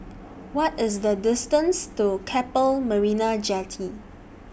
What IS The distance to Keppel Marina Jetty